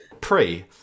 Pre